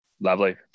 Lovely